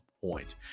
point